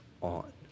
on